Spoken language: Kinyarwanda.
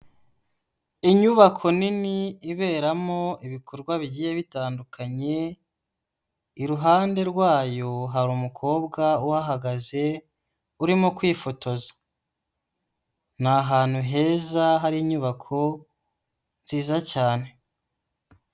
Inyubako nini iberamo ibikorwa bigiye bitandukanye, iruhande rwayo hari umukobwa uhahagaze urimo kwifotoza. Ni ahantu heza hari inyubako nziza cyane.